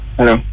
Hello